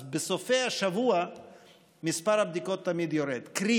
אז בסופי השבוע מספר הבדיקות תמיד יורד, קרי